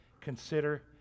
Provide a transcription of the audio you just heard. consider